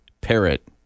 parrot